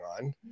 on